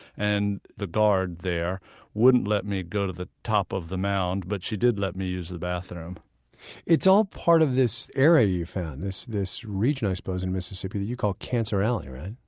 and the guard there wouldn't let me go to the top of the mound, but she did let me use the bathroom it's all part of this area you found, this this region i suppose in mississippi, that you call cancer alley, right?